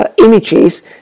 Images